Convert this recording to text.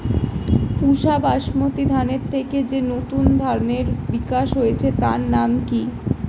পুসা বাসমতি ধানের থেকে যে নতুন ধানের বিকাশ হয়েছে তার নাম কি?